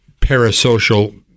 parasocial